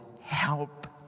help